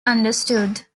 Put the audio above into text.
understood